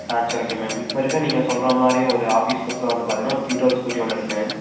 ஆ சரி okay ma'am இப்போ இருக்க நீங்கள் சொல்றமாதிரி ஒரு ஆஃபீஸ் லுக்கில் வந்து பார்த்திங்கனா ஒரு ட்யூட்டர் ஸ்கூட்டி ஒன்று இருக்கு